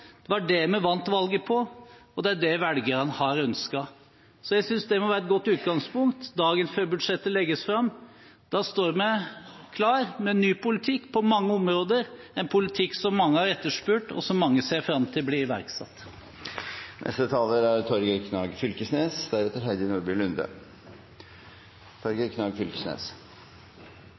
det er det vi vant valget på, og det er det velgerne har ønsket. Så jeg synes det må være et godt utgangspunkt dagen før budsjettet legges fram. Nå står vi klar med en ny politikk på mange områder – en politikk som mange har etterspurt, og som mange ser fram til blir iverksatt. Det er